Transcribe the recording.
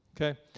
okay